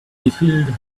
refilled